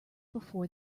before